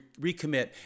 recommit